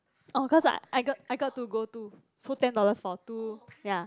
oh cause I I got I got to go to so ten dollars for two ya